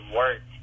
work